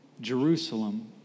Jerusalem